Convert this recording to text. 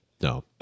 No